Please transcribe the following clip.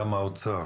גם האוצר